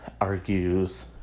argues